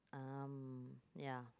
um yeah